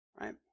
Right